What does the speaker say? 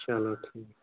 چلو ٹھیٖک